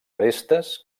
arestes